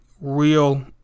real